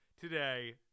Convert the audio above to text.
today